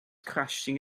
crashing